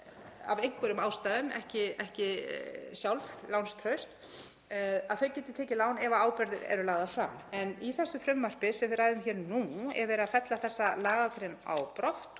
af einhverjum ástæðum ekki lánstraust, geti tekið lán ef ábyrgðir eru lagðar fram. En í þessu frumvarpi sem við ræðum hér er verið að fella þessa lagagrein á brott